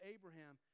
Abraham